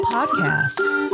Podcasts